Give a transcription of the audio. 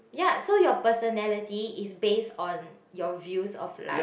ya so your personality is based on your views of life